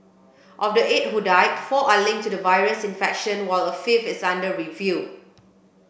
of the eight who died four are linked to the virus infection while a fifth is under review